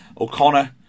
O'Connor